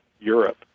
Europe